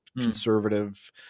conservative